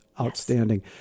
Outstanding